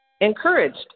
encouraged